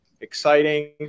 Exciting